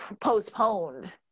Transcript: postponed